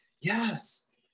yes